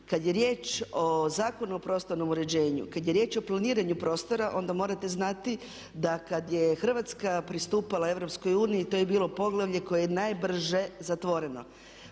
kada je riječ o Zakonu o prostornom uređenju, kada je riječ o planiranju prostora onda morate znati da kada je Hrvatska pristupala EU to je bilo poglavlje koje je najbrže zatvoreno.